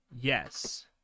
Yes